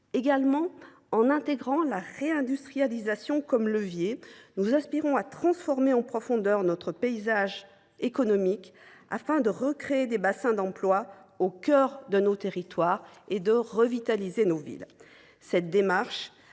denses. En faisant de la réindustrialisation un levier, nous aspirons à transformer en profondeur notre paysage économique, afin de recréer des bassins d’emploi au cœur de nos territoires et de revitaliser nos villes. Cette démarche,